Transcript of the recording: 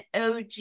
OG